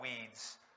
weeds